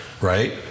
right